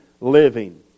living